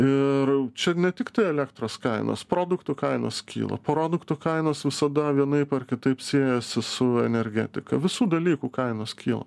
ir čia ne tiktai elektros kainos produktų kainos kyla produktų kainos visada vienaip ar kitaip siejasi su energetika visų dalykų kainos kyla